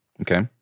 Okay